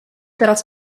teraz